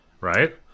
Right